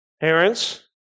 parents